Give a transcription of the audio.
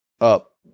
up